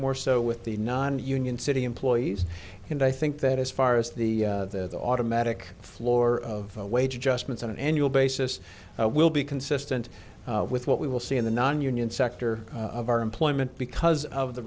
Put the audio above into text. more so with the non union city employees and i think that as far as the automatic floor of wage adjustments on an annual basis will be consistent with what we will see in the nonunion sector of our employment because of the